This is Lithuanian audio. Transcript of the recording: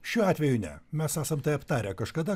šiuo atveju ne mes esam tai aptarę kažkada